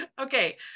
okay